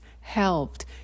helped